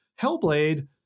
Hellblade